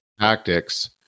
tactics